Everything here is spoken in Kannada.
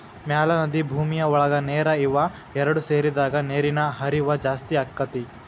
ಮ್ಯಾಲ ನದಿ ಭೂಮಿಯ ಒಳಗ ನೇರ ಇವ ಎರಡು ಸೇರಿದಾಗ ನೇರಿನ ಹರಿವ ಜಾಸ್ತಿ ಅಕ್ಕತಿ